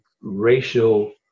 racial